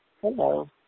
Hello